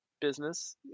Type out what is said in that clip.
business